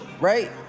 right